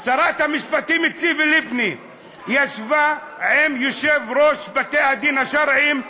ישבה שרת המשפטים ציפי לבני עם יושב-ראש בתי-הדין השרעיים זיני,